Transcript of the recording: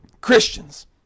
christians